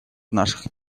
наших